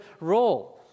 role